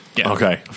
Okay